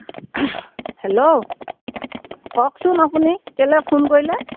hello কওকচোন আপুনি কেলে ফোন কৰিলে